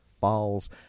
falls